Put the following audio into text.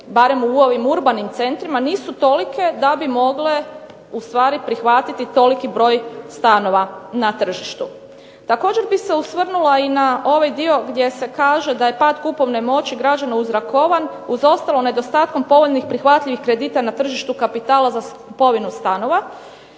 barem u ovim urbanim centrima nisu tolike da bi mogle ustvari prihvatiti toliki broj stanova na tržištu. Također bi se osvrnula i na ovaj dio gdje se kaže da je pad kupovne moći građana uzrokovan uz ostalo nedostatkom povoljnih i prihvatljivih kredita na tržištu kapitala za kupovinu stanova.